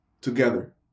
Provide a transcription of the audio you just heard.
together